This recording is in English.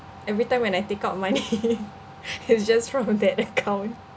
everytime when I take out money it's just from that account